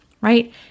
right